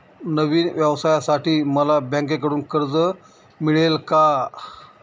नवीन व्यवसायासाठी मला बँकेकडून कर्ज मिळेल का?